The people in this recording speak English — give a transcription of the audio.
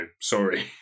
sorry